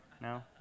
No